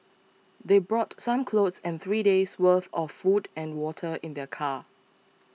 they brought some clothes and three days' worth of food and water in their car